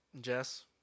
Jess